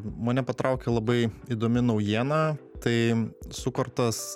mane patraukė labai įdomi naujiena tai sukurtas